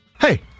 Hey